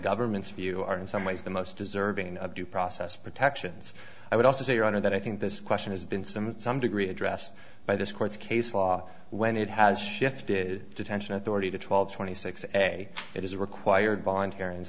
government's view are in some ways the most deserving of due process protections i would also say your honor that i think this question has been some some degree addressed by this court's case law when it has shifted detention authority to twelve twenty six a it is required voluntary and